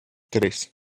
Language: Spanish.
tres